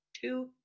two